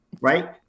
right